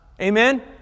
Amen